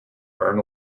earn